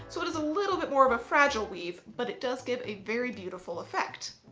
so it is a little bit more of a fragile weave but it does give a very beautiful effect.